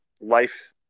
life